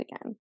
again